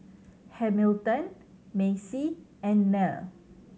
Hamilton Macey and Nell